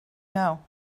know